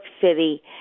City